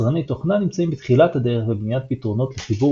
יצרני תוכנה נמצאים בתחילת הדרך בבניית פתרונות לחיבור